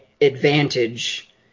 advantage